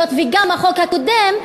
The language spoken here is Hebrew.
היות שגם החוק הקודם,